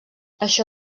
això